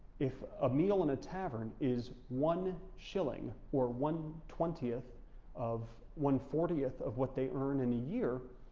if a meal in a tavern is one shilling or one twentieth of one fortieth of what they earn in a year,